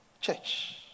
church